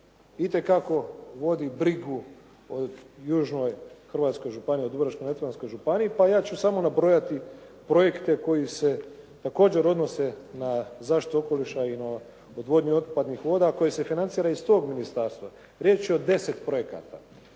itekako vodi brigu o južnoj hrvatskoj županiji, o Dubrovačko-neretvansko županiji. Pa ja ću samo nabrojati projekte koji se također odnose na zaštitu okoliša i na odvodnju otpadnih voda, a koje se financira iz tog ministarstva. Riječ je o 10 projekata.